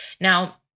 Now